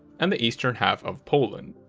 and the eastern half of poland.